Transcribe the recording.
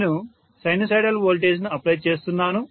నేను సైనుసోయిడల్ వోల్టేజ్ను అప్లై చేస్తున్నాను